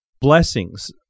blessings